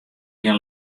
gjin